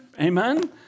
Amen